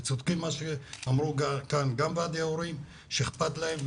וצודקים מה שאמרו כאן ועדי ההורים שאכפת להם.